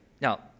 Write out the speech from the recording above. Now